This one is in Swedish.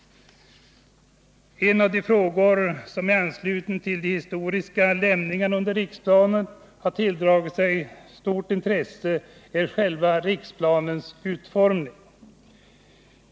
En av de frågor som tilldragit sig ett mycket stort intresse är Riksplans utformning med hänsyn till de historiska lämningarna.